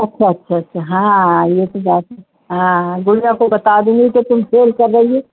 اچھا اچھا اچھا ہاں یہ تو ہاں گڑیا کو بتا دوں گی تو تم سیل کر رہی ہو